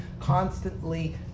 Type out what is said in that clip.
constantly